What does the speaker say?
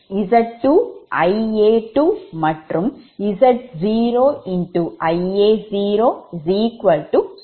எனவே Z2Ia2 மற்றும் Z0Ia0 0